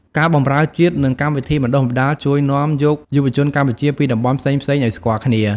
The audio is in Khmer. ការបម្រើជាតិ និងកម្មវិធីបណ្តុះបណ្តាលជួយនាំយកយុវជនកម្ពុជាពីតំបន់ផ្សេងៗឱ្យស្គាល់គ្នា។